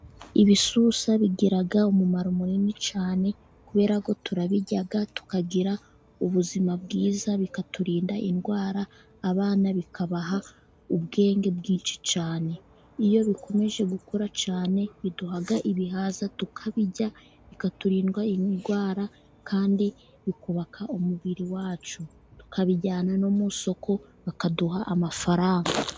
Ibisusa bigira umumaro munini cyane, kubera ko turabirya tukagira ubuzima bwiza bikaturinda indwara, abana bikabaha ubwenge bwinshi cyanea. Iyo bikomeje gukura cyane, biduha ibihaza tukabirya bikaturinda indwara, kandi bikubaka umubiri wacu, tukabijyana no mu isoko bakaduha amafaranga.